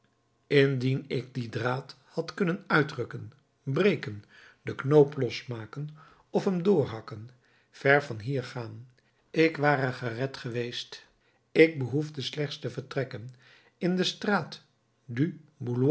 indien ik dien draad had kunnen uitrukken breken den knoop losmaken of hem doorhakken ver van hier gaan ik ware gered geweest ik behoefde slechts te vertrekken in de straat